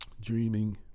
dreaming